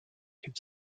could